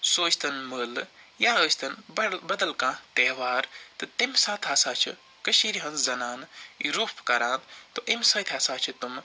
سُہ ٲسۍ تن مٲلہٕ یا ٲسۍ تن بدل کانٛہہ تہوار تہٕ تَمہِ ساتہٕ ہَسا چھِ کٔشیٖرِ ہنٛز زنانہٕ یہِ روٚف کَران تہٕ اَمہِ سۭتۍ ہَسا چھِ تِم